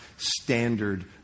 standard